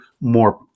more